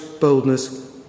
boldness